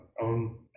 own